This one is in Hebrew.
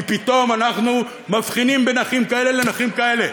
כי פתאום אנחנו מבחינים בין נכים כאלה לנכים כאלה.